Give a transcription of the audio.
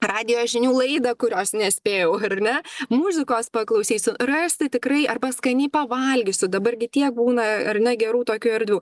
radijo žinių laidą kurios nespėjau ar ne muzikos paklausysiu rasti tikrai arba skaniai pavalgysiu dabar gi tiek būna ar ne gerų tokių erdvių tai